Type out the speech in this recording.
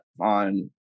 on